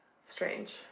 Strange